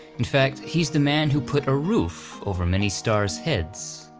in fact, he's the man who put a roof over many stars' heads.